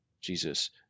Jesus